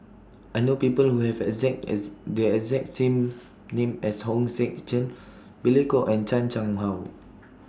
I know People Who Have exact as The exact name as Hong Sek Chern Billy Koh and Chan Chang How